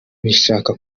bishaka